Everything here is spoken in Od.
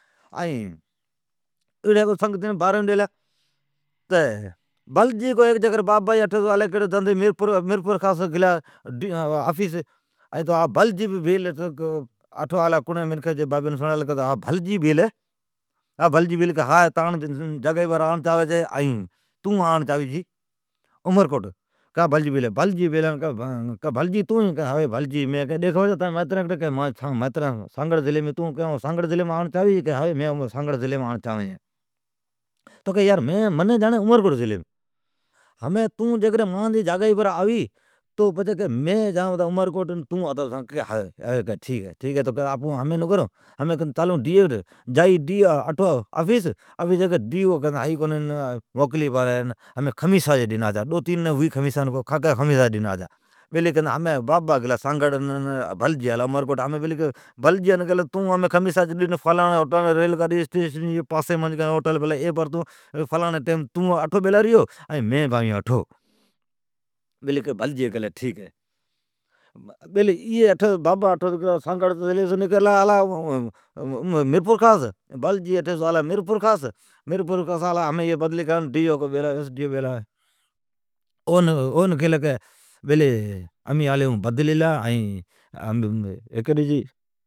ائین ایڑا کو سنگتین بارڑ ڈیلا۔ بھلجی کو، بابی جا کو دھندھا ھوی گلا میرپورخاص آفیسیم۔ اتھو بھلجی بھل بہ الا ھوی۔ بابین الی کرین سرالین کہ ھا بھلجی بھل ہے ھا تانجی جگائیم آر چاھوی ائین تون ای جی جگائیم آڑ چاھوی۔ بابی کیلی ڈی خبر تو بھلجی بھیل ھی کہ ھوی مین بھلجی بیل ہین، تانجین مائیترین کٹھی بیلین ھی کہ مانجین مائیترین سانگھڑ ضلعیم بیلین ھی۔ تون سانگھڑ ضلعیم آڑ چاھوی ککہ ھوی مین سانگھڑ ضلعیم آڑ چاھوین، منین جاڑین ہے عمرکوٹ۔ مین تانجی جگائیم اڑ چاھوین تون مانجی جگائیم آڑ چاھوی کہ ھوی۔ تو چال اپون چالون ڈی ای ٹھون ڈی او موکلی بر ھوی کیلی خمیسا ڈن آجا، خماسان اجان ڈو تین ڈنین ھوی۔ بابا گلا سانگھڑ بھلجی الا عمرکوٹ۔ بابی کیلی تون فلاڑین ٹیمان بر فلاڑی ڈن اسٹیشنی جی پاسیم ھوٹل پلی ہے ایم آیومینبھی آوین اٹھو بیلی بھلجیی کیلی ٹھیک ہے۔ بیلی بابا سانگھڑیس آلا میرپورخاص ائین بھلجی عمرکوٹاس الا میرپور خاص۔ بیلی ایی گلی ڈی ای ٹھون ڈی او بیلا ھوی، اون کیلی بیلی امینالی ھون بدلی لی ھیکی ڈجی جی